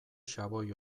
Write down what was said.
xaboi